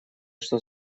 что